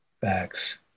Facts